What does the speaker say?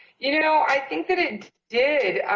you know, i think that it did.